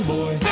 Boy